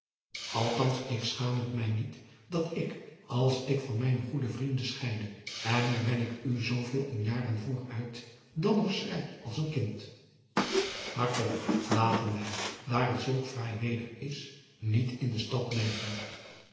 althans ik schaam het mij niet dat ik als ik van mijne goede vrienden scheide en nu ben ik u zooveel in jaren voor uit dan nog schrei als een kind maar kom laten wij daar het zulk fraai weder is niet in de stad blijven